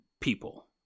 people